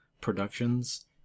productions